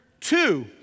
Two